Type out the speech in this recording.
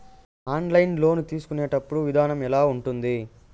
online loan తీసుకునేటప్పుడు విధానం ఎలా ఉంటుంది